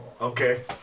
Okay